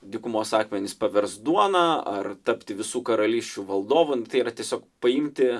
dykumos akmenys paverst duoną ar tapti visų karalysčių valdovu tai yra tiesiog paimti